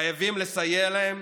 חייבים לסייע להם